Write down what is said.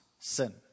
sin